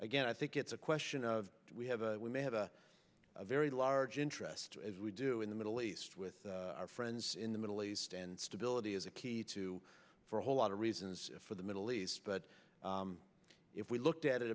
again i think it's a question of we have a we may have a very large interest as we do in the middle east with our friends in the middle east and stability is a key too for a whole lot of reasons for the middle east but if we looked at it